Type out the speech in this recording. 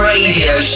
Radio